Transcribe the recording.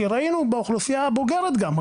כי ראינו באוכלוסייה הבוגרת גם,